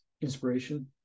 inspiration